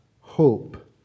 hope